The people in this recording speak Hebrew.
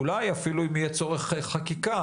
אולי אפילו אם יהיה צורך חקיקה,